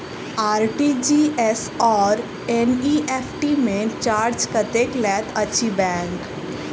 RTGS आओर NEFT मे charge कतेक लैत अछि बैंक?